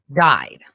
died